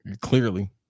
clearly